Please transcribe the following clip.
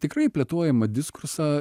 tikrai plėtojamą diskursą